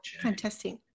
Fantastic